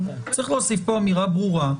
צריך להוסיף פה אמירה ברורה,